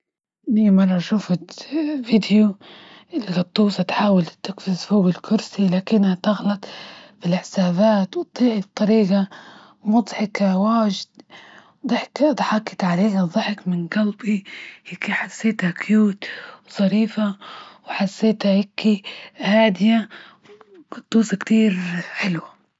ديما راه شوفو فيديو تحاول تقفز فوج الكرسي لكنها تغلط في الحسابات طريقة مضحكة واجد، ضحكة ضحكت عليها ضحكت من جلبي هيكي حسيتها كيوت وظريفة، وحسيتها هيكي كتير حلوة.